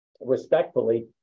respectfully